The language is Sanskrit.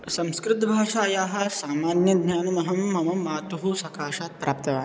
संस्कृतभाषायाः सामान्यज्ञानमहं मम मातुः सकाशात् प्राप्तवान्